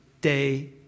day